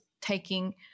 taking